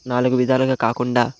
నాలుగు విధాలుగా కాకుండా